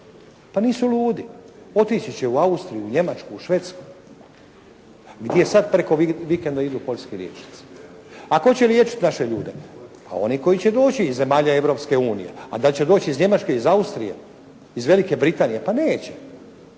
Pa nisu ludi, otići će u Austriju, u Njemačku u Švedsku gdje sad preko vikenda idu … liječnici. A tko će liječiti naše ljude? Pa oni koji će doći iz zemalja Europske unije, a da će doći iz Njemačke, Austrije, Velike Britanije, pa neće.